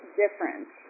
difference